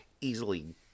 easily